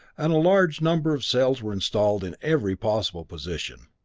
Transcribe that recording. and a large number of cells were installed in every possible position.